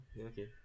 Okay